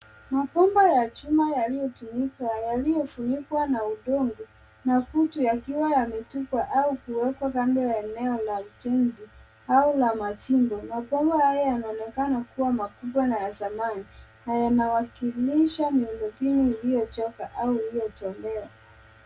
Mabomba ya chuma yaliyotumika yaliyofunikwa na udongo na kutu yakiwa yametupwa au kuwekwa kando ya eneo la ujenzi au la majimbo. Mabomba hayo yanaonekana kuwa makubwa na ya zamani na yanawakilisha miundombinu iliyochoka au iliyotolewa.